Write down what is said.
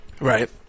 Right